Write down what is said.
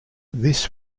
this